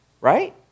right